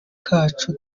kacu